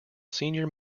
senior